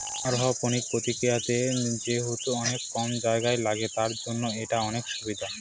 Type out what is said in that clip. aeroponics প্রক্রিয়াতে যেহেতু অনেক কম জায়গা লাগে, তার জন্য এটার অনেক সুবিধা